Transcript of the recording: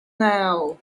now